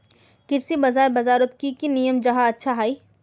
कृषि बाजार बजारोत की की नियम जाहा अच्छा हाई?